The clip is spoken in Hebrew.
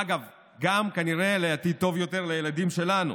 אגב, גם כנראה לעתיד טוב יותר לילדים שלנו,